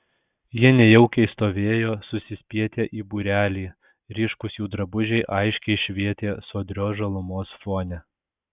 jie nejaukiai stovėjo susispietę į būrelį ryškūs jų drabužiai aiškiai švietė sodrios žalumos fone